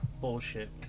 bullshit